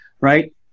right